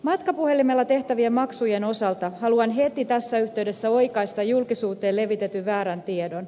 matkapuhelimella tehtävien maksujen osalta haluan heti tässä yhteydessä oikaista julkisuuteen levitetyn väärän tiedon